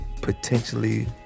potentially